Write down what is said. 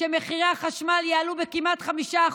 שמחירי החשמל יעלו כמעט ב-5%,